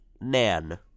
nan